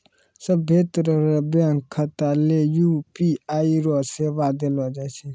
सभ्भे तरह रो बैंक खाता ले यू.पी.आई रो सेवा देलो जाय छै